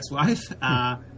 ex-wife